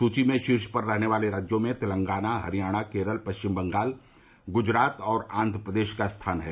सुची में शीर्ष में रहने वालें राज्यों में तेलंगाना हरियाणा केरल परिचम बंगाल ग्जरात और आंध्र प्रदेश का स्थान है